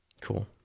Cool